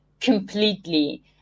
completely